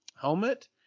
helmet